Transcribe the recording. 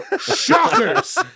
shockers